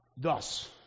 thus